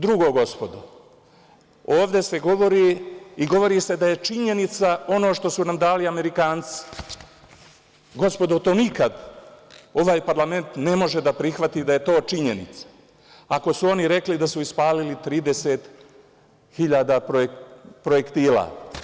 Drugo, gospodo, ovde se govori i govori se da je činjenica ono što su nam dali Amerikanci, gospodo to nikad ovaj parlament ne može da prihvati da je to činjenica ako su oni rekli da su ispalili 30.000 projektila.